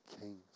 Kings